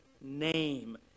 name